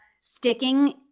sticking